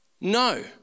no